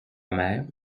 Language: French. mère